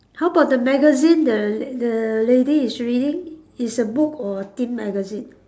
how about the magazine the the lady is reading it's a book or thin magazine